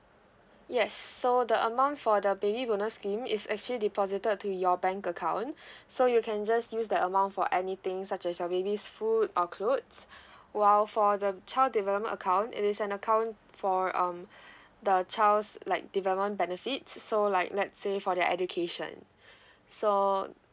yes so the amount for the baby bonus scheme is actually deposited to your bank account so you can just use the amount for anything such as your baby's food or clothes while for the child development account it is an account for um the child's like development benefit so like let's say for their education so